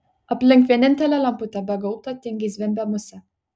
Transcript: aplink vienintelę lemputę be gaubto tingiai zvimbė musė